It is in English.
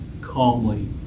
calmly